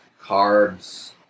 carbs